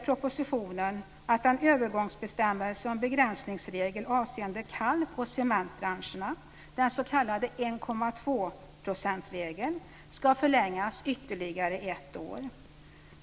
procentsregeln, ska förlängas ytterligare ett år.